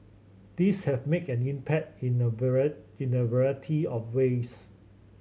these have made an impact in a in a variety of ways